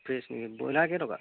fresh নেকি broiler কেইটকা